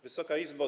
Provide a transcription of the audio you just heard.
Wysoka Izbo!